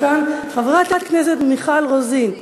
חברת הכנסת מיכל רוזין,